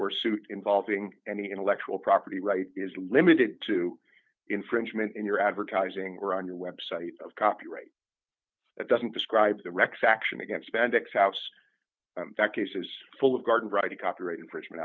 or suit involving any intellectual property rights is limited to infringement in your advertising or on your website of copyright that doesn't describe the rx action against bendix house that cases full of garden variety copyright infringement